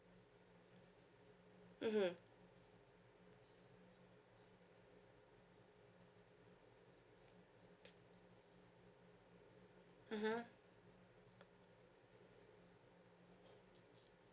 mmhmm mmhmm